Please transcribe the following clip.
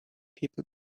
people